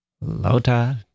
Lota